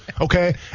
Okay